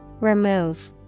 Remove